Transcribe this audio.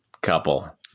couple